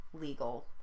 legal